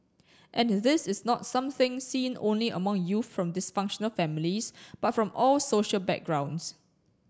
and this is not something seen only among youth from dysfunctional families but from all social backgrounds